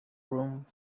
room